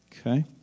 Okay